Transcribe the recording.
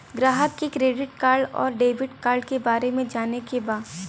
ग्राहक के credit card और डेविड कार्ड के बारे में जाने के बा?